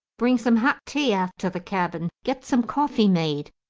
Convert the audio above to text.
bring some hot tea aft to the cabin. get some coffee made.